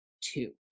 two